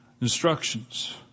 instructions